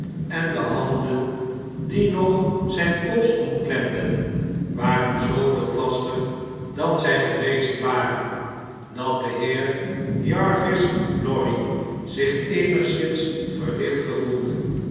en de handen die nog zjjn pols omklemden waren zooveel vaster dan zjj geweest waren dat de heer jarvis lorry zich eenigszins verlicht gevoelde